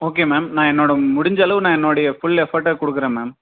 okay ma'am நான் என்னோட முடிஞ்ச அளவு என்னோடைய ஃபுல் எபர்ட்டை கொடுக்கிறேன் மேம்